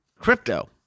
crypto